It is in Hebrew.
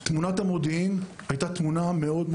תמונת המודיעין הייתה קשה מאוד.